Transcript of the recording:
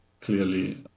clearly